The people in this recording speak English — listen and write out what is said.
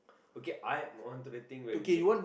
okay I am on to the thing where we make